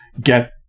get